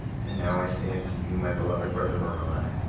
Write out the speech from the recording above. and now i say unto you, my beloved brother moroni,